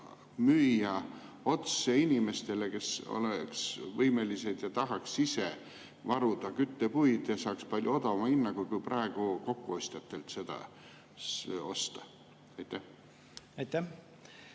müüa otse inimestele, kes oleks võimelised ja tahaks ise varuda küttepuid? Nad saaks palju odavama hinnaga kui praegu kokkuostjatelt seda osta. Hea